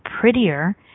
prettier